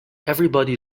everybody